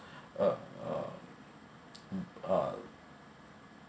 uh uh uh